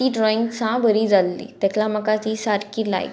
ती ड्रॉइंग सा बरी जाल्ली तेका म्हाका ती सारकी लायक